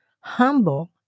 Humble